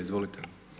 Izvolite.